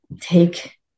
take